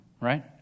right